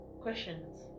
Questions